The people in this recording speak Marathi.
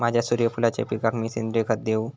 माझ्या सूर्यफुलाच्या पिकाक मी सेंद्रिय खत देवू?